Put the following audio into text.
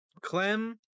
Clem